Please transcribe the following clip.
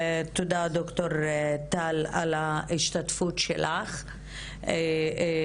תודה לד"ר טל ברגמן על ההשתתפות שלך בדיון.